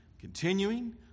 continuing